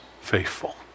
faithful